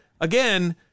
again